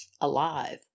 alive